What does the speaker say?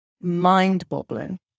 mind-boggling